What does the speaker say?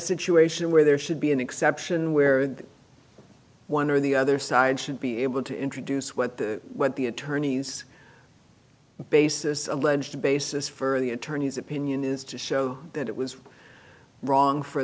situation where there should be an exception where one or the other side should be able to introduce what the what the attorneys basis alleged basis for the attorney's opinion is to show that it was wrong for